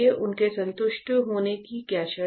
उनके संतुष्ट होने की क्या शर्त है